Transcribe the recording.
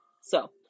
So-